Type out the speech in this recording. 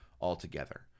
altogether